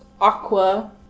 Aqua